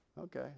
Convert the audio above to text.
Okay